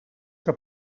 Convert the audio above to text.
que